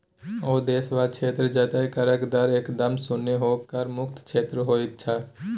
ओ देश वा क्षेत्र जतय करक दर एकदम शुन्य होए कर मुक्त क्षेत्र होइत छै